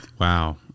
Wow